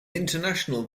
international